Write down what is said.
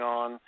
on